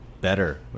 better